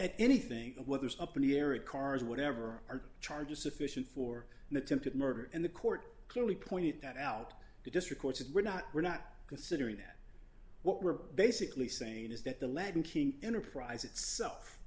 at anything whether it's up in the air it cars or whatever are charges sufficient for an attempted murder and the court clearly pointed that out the district court said we're not we're not considering that what we're basically saying is that the latin king enterprise itself